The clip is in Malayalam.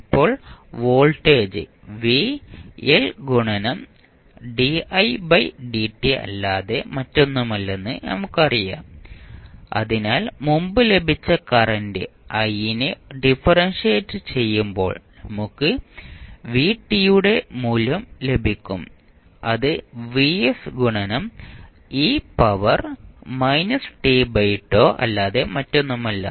ഇപ്പോൾ വോൾട്ടേജ് v L ഗുണനം di ബൈ dt അല്ലാതെ മറ്റൊന്നുമല്ലെന്ന് നമുക്കറിയാം അതിനാൽ മുമ്പ് ലഭിച്ച കറന്റ് I നെ ഡിഫറെൻഷിയേറ്റ് ചെയ്യുമ്പോൾ നമുക്ക് vt യുടെ മൂല്യം ലഭിക്കും അത് Vs ഗുണനം e power minus t by τ അല്ലാതെ മറ്റൊന്നുമല്ല